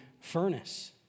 furnace